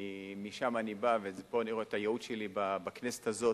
משם אני בא, ופה אני רואה את הייעוד בכנסת הזאת.